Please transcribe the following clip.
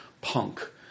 punk